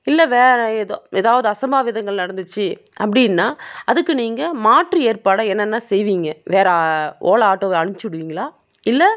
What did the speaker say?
இல்லை வேறு ஏதோ எதாவது அசம்பாவிதங்கள் நடந்துச்சு அப்படினா அதுக்கு நீங்கள் மாற்று ஏற்பாடாக என்னென்ன செய்வீங்க வேறு ஓலோ ஆட்டோவை அனுப்பிச்சி விடுவிங்ளா இல்லை